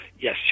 yes